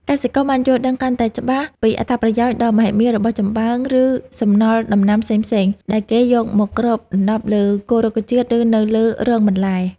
កសិករបានយល់ដឹងកាន់តែច្បាស់ពីអត្ថប្រយោជន៍ដ៏មហិមារបស់ចំបើង ឬសំណល់ដំណាំផ្សេងៗដែលគេយកមកគ្របដណ្ដប់លើគល់រុក្ខជាតិ ឬនៅលើរងបន្លែ។